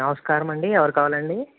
నమస్కారమండి ఎవరు కావాలండి